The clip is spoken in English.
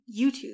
YouTube